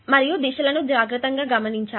ఈ దిశ లను జాగ్రత్తగా గమనించండి